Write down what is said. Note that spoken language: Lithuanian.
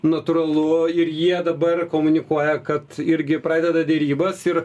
natūralu ir jie dabar komunikuoja kad irgi pradeda derybas ir